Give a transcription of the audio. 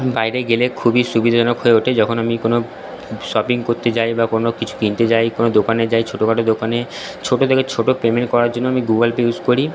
বাইরে গেলে খুবই সুবিধাজনক হয়ে ওঠে যখন আমি কোনো শপিং করতে যাই বা কোনো কিছু কিনতে যাই কোনো দোকানে যাই ছোটো খাটো দোকানে ছোটো থেকে ছোটো পেমেন্ট করার জন্য আমি গুগল পে ইউস করি